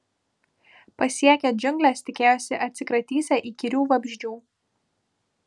pasiekę džiungles tikėjosi atsikratysią įkyrių vabzdžių